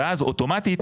ואז אוטומטית